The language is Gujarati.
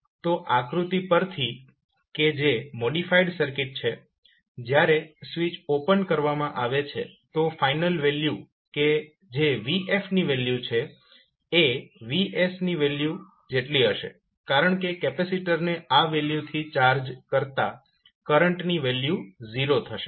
તો આકૃતિ પરથી કે જે મોડીફાઇડ સર્કિટ છે જ્યારે સ્વીચ ઓપન કરવામાં આવે છે તો ફાઇનલ વેલ્યુ કે જે vf ની વેલ્યુ છે એ Vs ની વેલ્યુ જેટલી છે કારણ કે કેપેસિટરને આ વેલ્યુથી ચાર્જ કરતા કરંટની વેલ્યુ 0 થશે